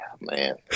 man